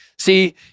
See